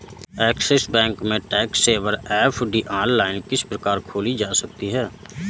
Axis bank में tax saver FD online किस प्रकार खोली जा सकती है?